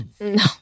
No